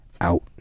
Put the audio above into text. out